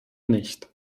nicht